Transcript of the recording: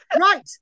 Right